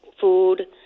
food